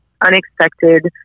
unexpected